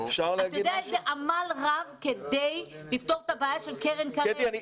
אתה יודע איזה עמל רב כדי לפתור את הבעיה של קרן קרב,